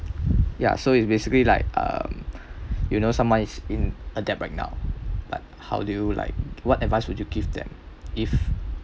ya so it's basically like um you know someone is in a debt right now but how do you like what advice would you give them if